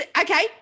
okay